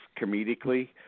comedically